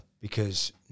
because-